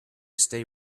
stay